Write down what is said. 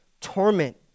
torment